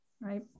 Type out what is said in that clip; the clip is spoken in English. right